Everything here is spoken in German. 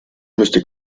müsste